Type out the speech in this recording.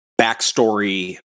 backstory